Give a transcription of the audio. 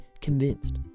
convinced